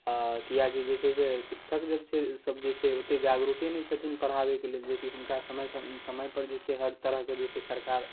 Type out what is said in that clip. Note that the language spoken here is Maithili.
किएकि जे छै से शिक्षकसभ जे छै से ओतेक जागरूके नहि छथिन पढ़ाबैके लेल जेकि हुनका समयपर जे छै से हर तरहके जे छै सरकार